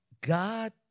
God